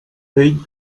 vell